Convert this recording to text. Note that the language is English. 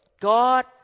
God